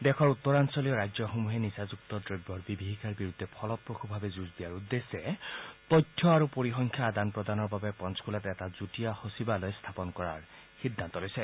দেশৰ উত্তৰঞ্চলীয় ৰাজ্যসমূহে নিচাযুক্ত দ্ৰব্যৰ বিভীষিকাৰ বিৰুদ্ধে ফলপ্ৰসুভাৱে যুঁজ হা দিয়াৰ উদ্দেশ্যে তথ্য আৰু পৰিসংখ্যা আদান প্ৰদানৰ বাবে পঞ্চকুলাত এটা যুটীয়া সচিবালয় স্থাপন কৰাৰ সিদ্ধান্ত লৈছে